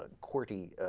ah quirky